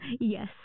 Yes